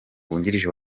wungirije